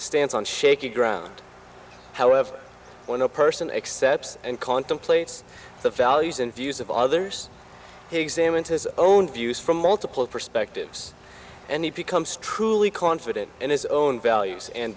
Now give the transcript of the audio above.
stands on shaky ground however when a person accepts and contemplates the values and views of others he examined his own views from multiple perspectives and he becomes truly confident in his own values and